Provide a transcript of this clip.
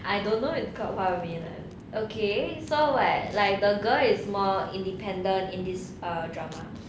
I don't know it's called 花美男 okay so like like the girl is more independent in this err drama